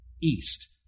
east